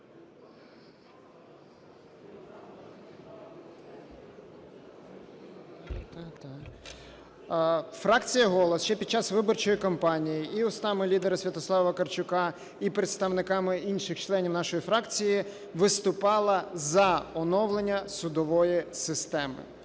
Фракція "Голос" ще під час виборчої кампанії і устами лідера Святослава Вакарчука, і представниками інших членів нашої фракції виступала за оновлення судової системи.